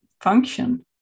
function